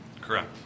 Correct